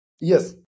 Yes